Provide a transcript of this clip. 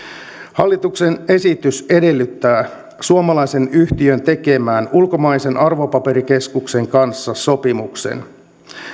hallituksen esitys edellyttää suomalaisen yhtiön tekemään ulkomaisen arvopaperikeskuksen kanssa sopimuksen